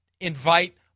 invite